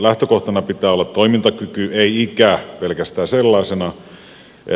lähtökohtana pitää olla toimintakyky ei ikä pelkästään sellaisenaan